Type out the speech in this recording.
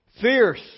Fierce